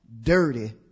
dirty